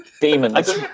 Demons